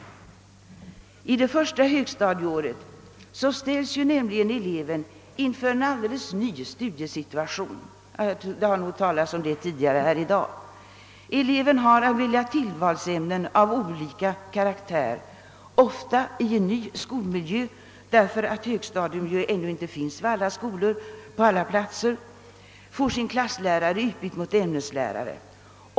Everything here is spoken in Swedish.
Under det första högstadieåret ställs nämligen eleven inför en alldeles ny studiesituation; det har talats om den saken tidigare i dag. Eleven skall då välja tillvalsämnen av olika karaktär, och han skall ofta göra det i en ny skolmiljö, eftersom högstadium ännu inte finns vid alla skolor. Han får också sin klasslärare utbytt mot 2 ämneslärare,.